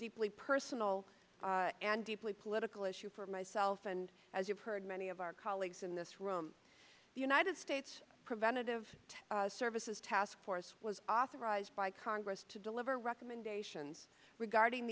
deeply personal and deeply political issue for myself and as you've heard many of our colleagues in this room the united states preventative services task force was authorized by congress to deliver recommendations regarding